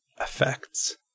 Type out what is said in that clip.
effects